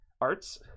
arts